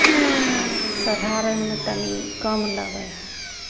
आ सधारणमे तनी कम लगै हए